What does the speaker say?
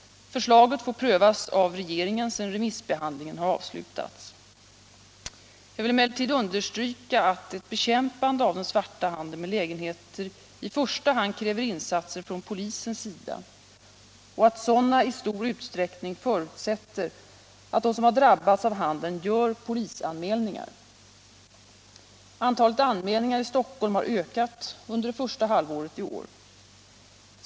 Förslaget får prövas av regeringen sedan remissbehandlingen har avslutats. Jag vill emellertid understryka att ett bekämpande av den svarta handeln med lägenheter i första hand kräver insatser från polisens sida och att sådana i stor utsträckning förutsätter att de som har drabbats av handeln gör polisanmälningar. Antalet anmälningar i Stockholm har ökat under det första halvåret i år.